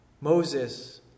Moses